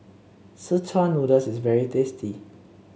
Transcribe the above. Szechuan Noodle is very tasty